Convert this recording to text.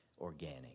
organic